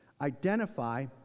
Identify